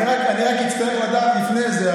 אני רק אצטרך לדעת לפני זה,